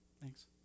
Thanks